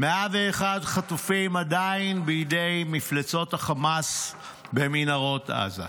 101 חטופים עדיין בידי מפלצות החמאס במנהרות עזה.